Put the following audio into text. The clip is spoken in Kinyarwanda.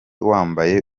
wambaye